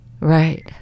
right